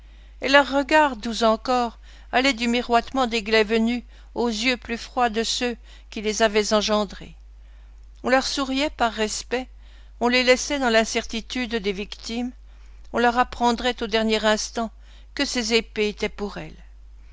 et leurs regards doux encore allaient du miroitement des glaives nus aux yeux plus froids de ceux qui les avaient engendrées on leur souriait par respect on les laissait dans l'incertitude des victimes on leur apprendrait au dernier instant que ces épées étaient pour elles